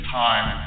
time